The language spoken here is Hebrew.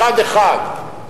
אחד-אחד,